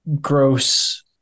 gross